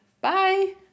Bye